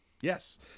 yes